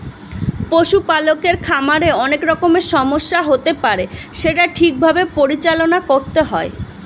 পশু পালকের খামারে অনেক রকমের সমস্যা হতে পারে সেটা ঠিক ভাবে পরিচালনা করতে হয়